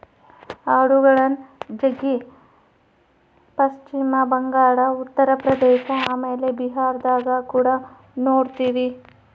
ಆಡುಗಳ್ನ ಜಗ್ಗಿ ಪಶ್ಚಿಮ ಬಂಗಾಳ, ಉತ್ತರ ಪ್ರದೇಶ ಆಮೇಲೆ ಬಿಹಾರದಗ ಕುಡ ನೊಡ್ತಿವಿ